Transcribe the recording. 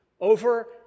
over